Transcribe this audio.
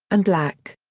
and black.